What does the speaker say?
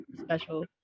special